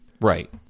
Right